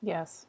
Yes